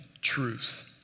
truth